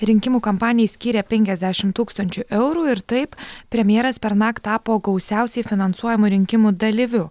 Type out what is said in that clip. rinkimų kampanijai skyrė penkiasdešim tūkstančių eurų ir taip premjeras pernakt tapo gausiausiai finansuojamu rinkimų dalyviu